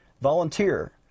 Volunteer